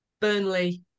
Burnley